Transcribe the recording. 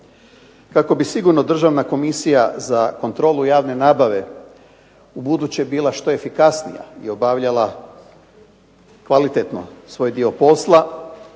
Kako bi sigurno Državna komisija za kontrolu javne nabave ubuduće bila što efikasnija i obavljala kvalitetno svoj dio posla,